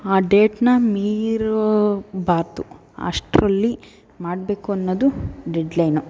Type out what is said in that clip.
ಆ ಡೇಟನ್ನು ಮೀರೋಗಬಾರದು ಅಷ್ಟರಲ್ಲಿ ಮಾಡಬೇಕು ಅನ್ನೋದು ಡೆಡ್ಲೈನು